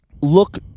look